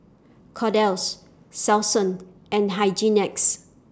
Kordel's Selsun and Hygin X